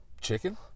chicken